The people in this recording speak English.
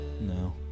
No